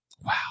wow